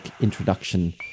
introduction